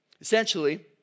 Essentially